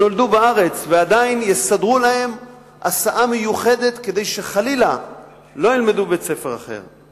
ועדיין יסדרו להם הסעה מיוחדת כדי שחלילה לא ילמדו בבית-ספר אחר.